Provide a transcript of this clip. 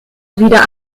wieder